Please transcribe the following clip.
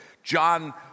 John